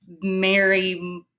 Mary